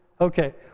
Okay